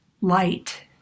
light